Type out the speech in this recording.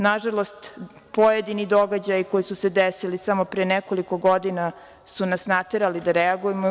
Nažalost, pojedini događaji koji su se desili samo pre nekoliko godina su nas naterali da reagujemo.